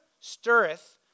stirreth